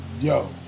Yo